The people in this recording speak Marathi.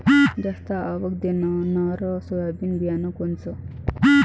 जास्त आवक देणनरं सोयाबीन बियानं कोनचं?